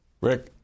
Rick